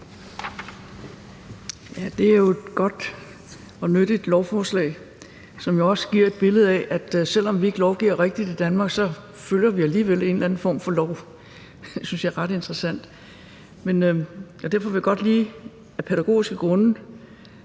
Det er jo et godt og nyttigt lovforslag, som jo også giver et billede af, at selv om vi ikke lovgiver rigtigt i Danmark, så følger vi alligevel en eller anden form for lov. Det synes jeg er ret interessant, og derfor vil jeg godt lige af pædagogiske grunde